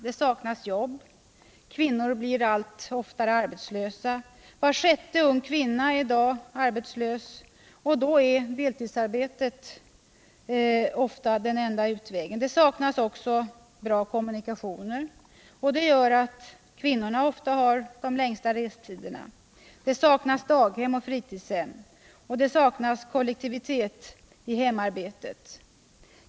Det saknas jobb, kvinnor blir oftare arbetslösa än män, var sjätte ung kvinna är i dag arbetslös, och då är deltidsarbetet ofta den enda utvägen. Det saknas också bra kommunikationer, vilket gör att kvinnor ofta har de längsta restiderna. Det saknas vidare daghem och fritidshem. Det saknas kollektivitet i hemarbetet.